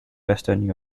western